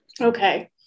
Okay